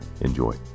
Enjoy